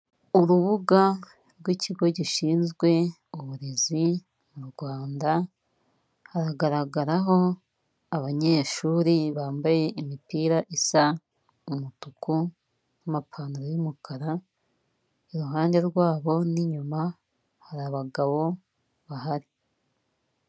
Urubuga rw'ikigo gishinzwe uburezi mu Rwanda, haragaragaraho abanyeshuri bambaye imipira isa umutuku n'amapantaro y'umukara, iruhande rwabo n'inyuma hari abagabo bahari.